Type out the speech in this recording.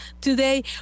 Today